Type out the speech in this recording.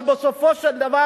אבל בסופו של דבר,